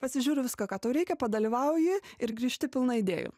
pasižiūri viską ką tau reikia padalyvauji ir grįžti pilna idėjų